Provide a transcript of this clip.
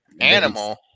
Animal